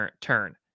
turn